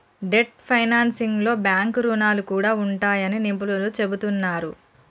debt ఫైనాన్సింగ్లో bank రుణాలు కూడా ఉంటాయని నిపుణులు చెబుతున్నరు